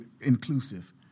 inclusive